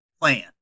plan